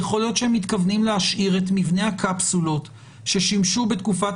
יכול להיות שהם מתכוונים להשאיר את מבנה הקפסולות ששימשו בתקופת